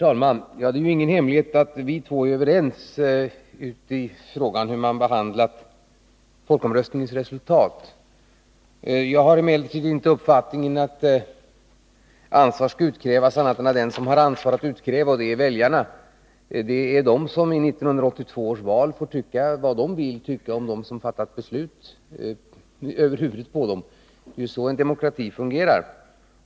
Herr talman! Det är ju ingen hemlighet att Stina Andersson och jag är överens i frågan om hur man behandlat folkomröstningens resultat. Jag har emellertid inte uppfattningen att ansvar skall utkrävas annat än av dem som ansvar har att utkräva, och det är väljarna. Det är de som i 1982 års val får uttrycka vad de tycker om dem som fattat beslut över deras huvuden. Det är ju så en demokrati fungerar.